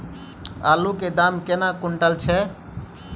आलु केँ दाम केना कुनटल छैय?